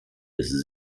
des